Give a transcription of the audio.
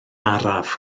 araf